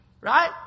Right